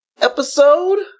episode